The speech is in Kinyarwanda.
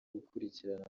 gukurikirana